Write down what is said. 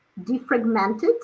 defragmented